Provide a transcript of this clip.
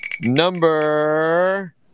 Number